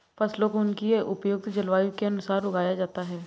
फसलों को उनकी उपयुक्त जलवायु के अनुसार उगाया जाता है